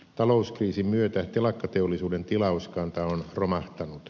talouskriisin myötä telakkateollisuuden tilauskanta on romahtanut